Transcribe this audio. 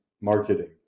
marketing